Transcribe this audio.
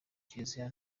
kiliziya